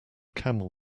camel